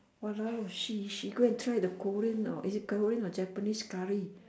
!walao! she she go and try the korean or is it korean or japanese curry